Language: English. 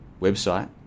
website